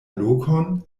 lokon